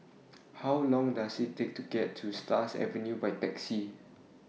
How Long Does IT Take to get to Stars Avenue By Taxi